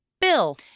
Bill